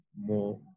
more